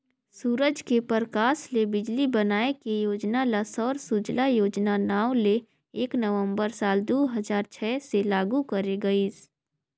सूरज के परकास ले बिजली बनाए के योजना ल सौर सूजला योजना नांव ले एक नवंबर साल दू हजार छै से लागू करे गईस